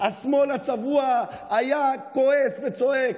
השמאל הצבוע היה כועס וצועק,